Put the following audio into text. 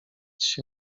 się